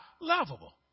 lovable